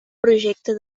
projecte